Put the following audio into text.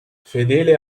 fedele